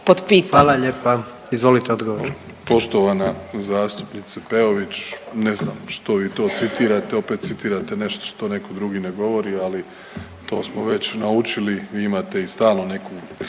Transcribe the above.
**Plenković, Andrej (HDZ)** Poštovana zastupnice Peović. Ne znam što vi to citirate opet citirate nešto što neko drugi ne govori, ali to smo već naučili. Vi imate i stalnu neku